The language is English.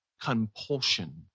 compulsion